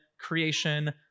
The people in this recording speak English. creation